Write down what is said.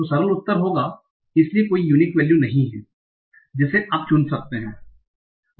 तो सरल उत्तर होगा इसलिए कोई यूनिक वैल्यू नहीं है जिसे आप चुन सकते हैं